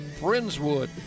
Friendswood